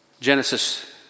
Genesis